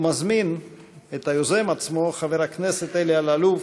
ומזמין את היוזם עצמו, חבר הכנסת אלי אלאלוף,